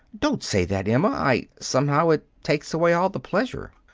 don't say that, emma. i somehow it takes away all the pleasure.